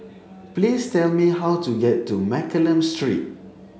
please tell me how to get to Mccallum Street